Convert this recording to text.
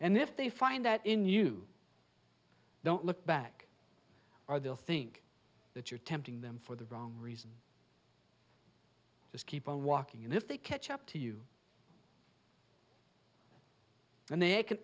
and if they find that in you don't look back or they'll think that you're tempting them for the wrong reason just keep on walking and if they catch up to you then they can